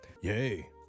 Yay